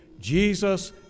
Jesus